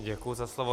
Děkuji za slovo.